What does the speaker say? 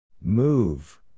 Move